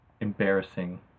embarrassing